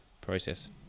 process